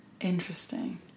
Interesting